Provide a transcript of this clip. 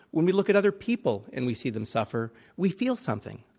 when we look at other people, and we see them suffer, we feel something.